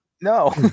No